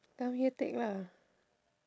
come here take lah